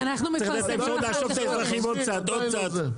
צריך לתת להם אפשרות לעשוק את האזרחים עוד קצת ועוד קצת.